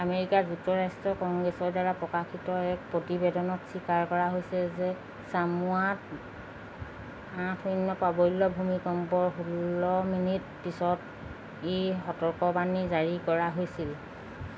America যুক্তৰাষ্ট্ৰৰ কংগ্ৰেছৰ দ্বাৰা প্ৰকাশিত এক প্ৰতিবেদনত স্বীকাৰ কৰা হৈছে যে চামোৱাত আঠ শূন্য় প্ৰাবল্যৰ ভূমিকম্পৰ ষোল্ল মিনিট পিছত এই সতৰ্কবাণী জাৰি কৰা হৈছিল